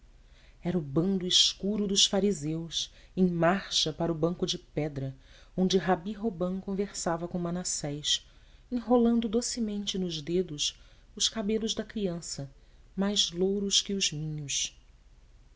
era o bando escuro dos fariseus em marcha para o banco de pedra onde rabi robã conversava com manassés enrolando docemente nos dedos os cabelos da criança mais louros que os milhos